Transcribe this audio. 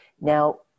Now